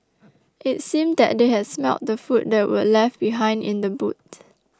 it seemed that they had smelt the food that were left behind in the boot